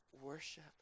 worship